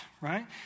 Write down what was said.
right